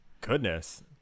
Goodness